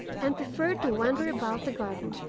and preferred to wander about the garden,